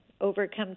overcome